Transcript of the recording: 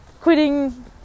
quitting